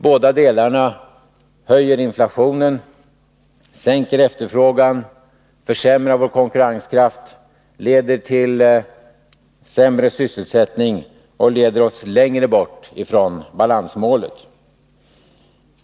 Båda delarna höjer inflationen, sänker efterfrågan, försämrar vår konkurrenskraft, leder till sämre sysselsättning och leder oss längre bort från balansmålet.